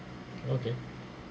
okay